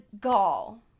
gall